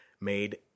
made